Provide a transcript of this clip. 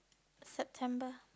September